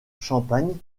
champagne